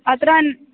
अत्र